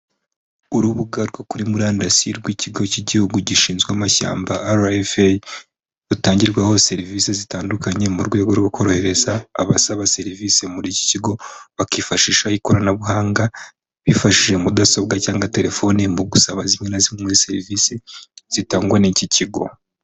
Urubuga rwo kuri murandasi rw'ikigo cy'igihugu gishinzwe amashyamba RFA, rutangirwaho serivise zitandukanye mu rwego rwo korohereza abasaba serivise muri iki kigo bakifashisha ikoranabuhanga, bifashishije mudasobwa cyangwa telefoni mu gusaba zimwe na zimwe muri serivise zitangwa n'iki kigo.